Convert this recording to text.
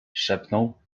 szepnął